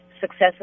successes